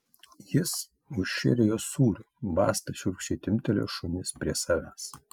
jis užšėrė juos sūriu basta šiurkščiai timptelėjo šunis prie savęs